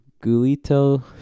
Gulito